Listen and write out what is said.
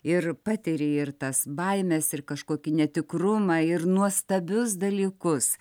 ir patiri ir tas baimes ir kažkokį netikrumą ir nuostabius dalykus